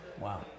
wow